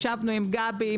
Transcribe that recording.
ישבנו עם גבי,